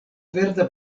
verda